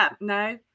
no